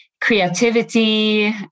creativity